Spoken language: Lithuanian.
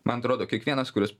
man atrodo kiekvienas kuris